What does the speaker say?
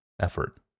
effort